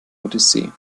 odyssee